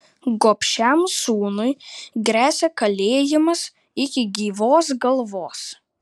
gobšiam sūnui gresia kalėjimas iki gyvos galvos